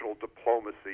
diplomacy